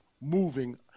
moving